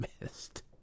missed